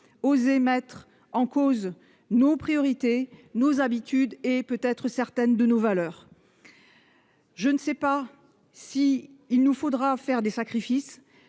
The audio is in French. osé mettre en cause nos priorités nos habitudes et peut-être certaines de nos valeurs, je ne sais pas si il nous faudra faire des sacrifices,